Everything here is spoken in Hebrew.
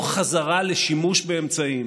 או חזרה לשימוש באמצעים